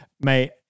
mate